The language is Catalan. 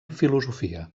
filosofia